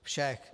Všech.